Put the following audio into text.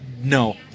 no